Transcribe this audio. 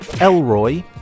Elroy